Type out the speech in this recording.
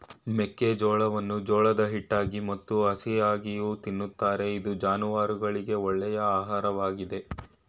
ಮೆಕ್ಕೆಜೋಳವನ್ನು ಜೋಳದ ಹಿಟ್ಟಾಗಿ ಮತ್ತು ಹಸಿಯಾಗಿಯೂ ತಿನ್ನುತ್ತಾರೆ ಇದು ಜಾನುವಾರುಗಳಿಗೆ ಒಳ್ಳೆಯ ಆಹಾರವಾಗಿದೆ